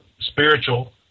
spiritual